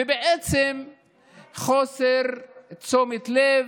ובעצם חוסר תשומת לב,